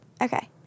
Okay